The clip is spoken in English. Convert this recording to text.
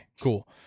cool